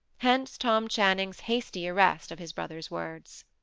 hence tom channing's hasty arrest of his brother's words.